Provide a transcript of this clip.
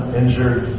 injured